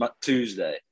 Tuesday